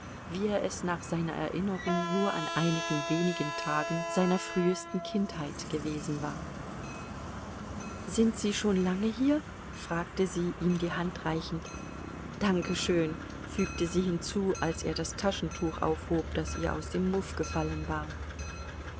wie er es nach seiner erinnerung nur an einigen wenigen tagen seiner frühesten kindheit gewesen war sind sie schon lange hier fragte sie ihm die hand reichend danke schön fügte sie hinzu als er das taschentuch aufhob das ihr aus dem muff gefallen war